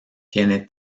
tiene